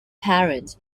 parents